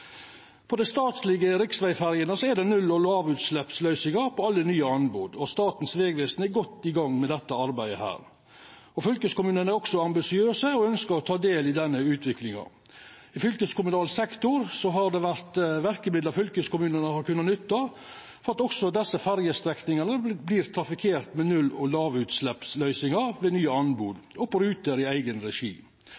På dei statlege riksvegferjene er det null- og lågutsleppsløysingar på alle nye anbod. Statens vegvesen er godt i gang med dette arbeidet. Fylkeskommunane er òg ambisiøse og ynskjer å ta del i denne utviklinga. I fylkeskommunal sektor har det vore verkemiddel fylkeskommunane har kunna nytta for at òg desse ferjestrekningane vert trafikkerte med null- og lågutsleppsløysingar ved nye anbod